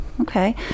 okay